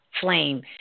flame